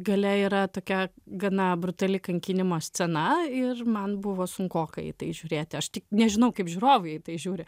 gale yra tokia gana brutali kankinimo scena ir man buvo sunkoka į tai žiūrėti aš tik nežinau kaip žiūrovai į tai žiūri